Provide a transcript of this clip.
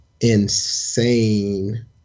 insane